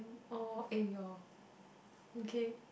oh !aiyo! okay